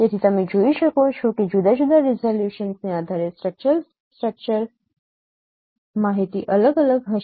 તેથી તમે જોઈ શકો છો કે જુદા જુદા રિઝોલ્યુશનને આધારે સ્ટ્રક્ચર્ડ સ્ટ્રક્ચરલ માહિતી અલગ અલગ હશે